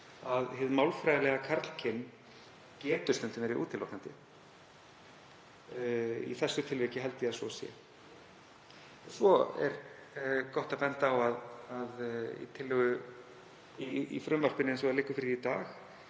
að hið málfræðilega karlkyn getur stundum verið útilokandi. Í þessu tilviki held ég að svo sé. Og svo er gott að benda á að í frumvarpinu, eins og það liggur fyrir í dag,